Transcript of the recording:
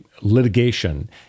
litigation